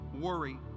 worry